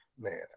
Man